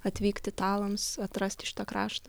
atvykti italams atrasti šitą kraštą